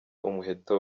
umuheto